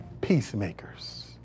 Peacemakers